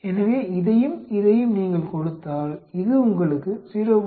எனவே இதையும் இதையும் நீங்கள் கொடுத்தால் இது உங்களுக்கு 0